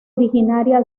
originaria